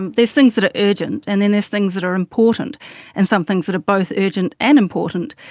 and there's things that are urgent and then there's things that are important and some things that are both urgent and important,